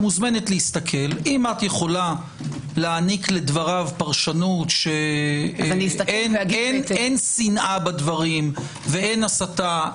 אם את יכולה להעניק לדבריו פרשנות שאין שנאה בדברים ואין הסתה,